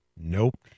Nope